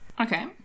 Okay